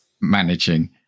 managing